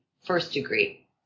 first-degree